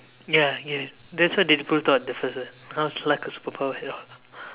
ya I get it that's why they thought of the first word how was like super power at all